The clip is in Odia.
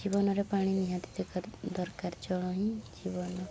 ଜୀବନରେ ପାଣି ନିହାତି ଦରକାର ଦରକାର ଜଳ ହିଁ ଜୀବନ